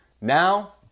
Now